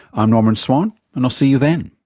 i'm norman swan and i'll see you then